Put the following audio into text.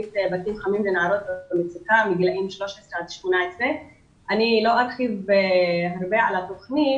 בתים חמים לנערות במצוקה מהגילים 13 עד 18. אני לא ארחיב הרבה על התוכנית